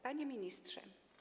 Panie Ministrze!